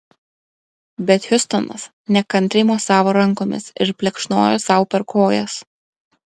bet hiustonas nekantriai mosavo rankomis ir plekšnojo sau per kojas